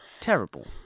Terrible